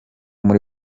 muri